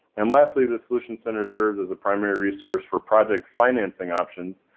and, lastly, the solutions center serves as a primary resource for project financing options,